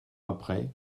après